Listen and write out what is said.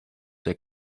der